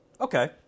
Okay